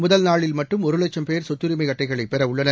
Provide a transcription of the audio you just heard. முதல் நாளில் மட்டும் ஒரு லட்சும் பேர் சொத்துரிமை அட்டைகளை பெற உள்ளனர்